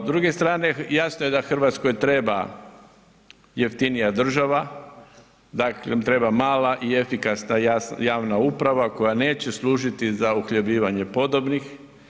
S druge strane jasno je da Hrvatskoj treba jeftinija država, dakle treba mala i efikasna javna uprava koja neće služiti za uhljebljivanje podobnih.